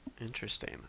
Interesting